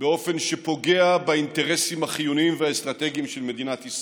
באופן שפוגע באינטרסים החיוניים והאסטרטגיים של מדינת ישראל.